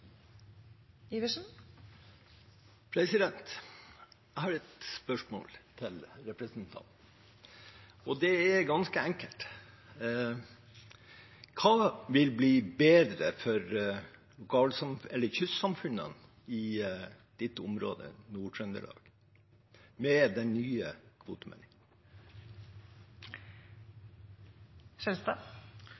ganske enkelt: Hva vil bli bedre for kystsamfunnene i representantens område, Nord-Trøndelag, med den nye kvotemeldingen?